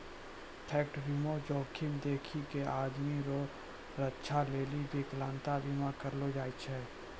फैक्टरीमे जोखिम देखी कय आमदनी रो रक्षा लेली बिकलांता बीमा करलो जाय छै